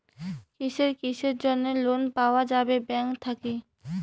কিসের কিসের জন্যে লোন পাওয়া যাবে ব্যাংক থাকি?